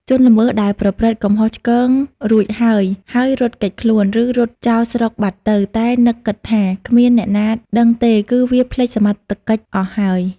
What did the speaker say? ជនល្មើសដែលប្រព្រឹត្តកំហុសឆ្គងរួចហើយៗរត់គេចខ្លួន ឬរត់ចោលស្រុកបាត់ទៅ តែនឹកគិតថា គ្មានអ្នកណាដឹងទេ គឺវាភ្លេចសមត្ថកិច្ចអស់ហើយ ។